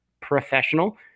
professional